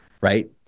right